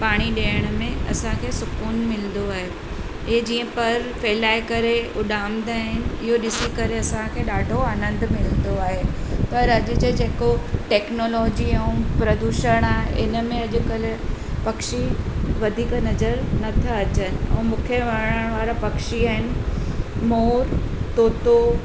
पाणी ॾियण में असांखे सुकून मिलंदो आहे ऐं जीअं पर फहिलाए करे उडामंदा आहिनि इहो ॾिसी करे असांखे ॾाढो आनंदु मिलंदो आहे त अॼु जे जेको टेक्नोलॉजी ऐं प्रदूषण आहे इन में अॼुकल्ह पखी वधीक नज़र नथा अचनि ऐं मूंखे वणण वारा पखी आहिनि मोर तोतो